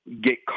get